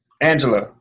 Angela